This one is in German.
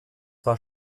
war